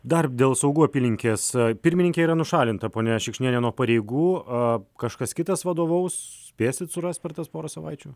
dar dėl saugų apylinkės pirmininkė yra nušalinta ponia šikšnienė nuo pareigų a kažkas kitas vadovaus spėsit surast per tas porą savaičių